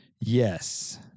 Yes